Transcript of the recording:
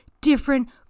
different